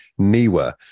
NIWA